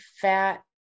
fat